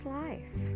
life